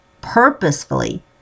purposefully